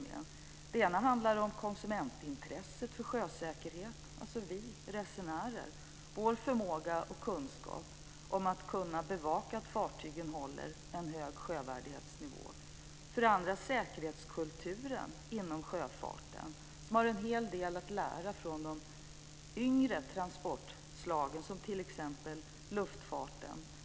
Första området handlade om konsumentintresset för sjösäkerhet, dvs. resenärers förmåga och kunskap att bevaka om fartygen håller en hög sjövärdighetsnivå. Det andra området var säkerhetskulturen inom sjöfarten. Där finns det en hel del att lära av de yngre transportslagen, t.ex. luftfarten.